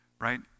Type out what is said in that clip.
right